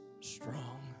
strong